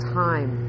time